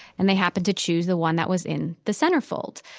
and they happened to choose the one that was in the centerfold,